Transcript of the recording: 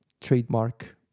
trademark